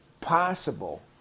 possible